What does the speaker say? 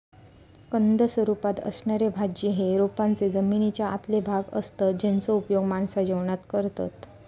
कंद स्वरूपात असणारे भाज्ये हे रोपांचे जमनीच्या आतले भाग असतत जेचो उपयोग माणसा जेवणात करतत